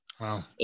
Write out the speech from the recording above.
Wow